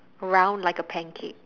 round like a pancake